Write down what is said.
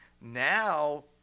now